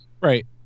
right